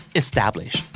establish